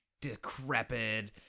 decrepit